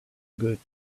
goods